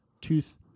tooth